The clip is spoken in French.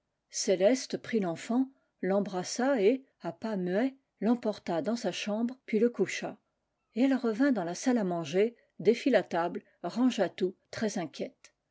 céleste prit l'enfant l'embrassa et à pas muets l'emporta dans sa chambre puis le coucha et elle revint dans la salle à manger défit la table rangea tout très inquiète